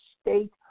state